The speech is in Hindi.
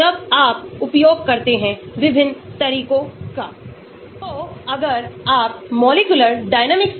अगर आप यहाँ देखते हैं तो यह हाइड्रोफिलिक OH है और यह इलेक्ट्रॉन दान है